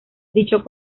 dicho